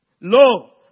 Lo